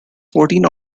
fourteen